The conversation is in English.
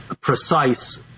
precise